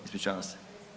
Ispričavam se.